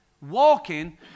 walking